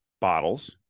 bottles